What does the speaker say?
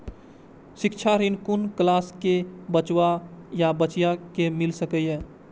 शिक्षा ऋण कुन क्लास कै बचवा या बचिया कै मिल सके यै?